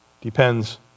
depends